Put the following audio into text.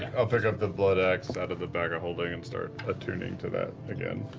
i'll pick up the bloodaxe out of the bag of holding and start attuning to that again.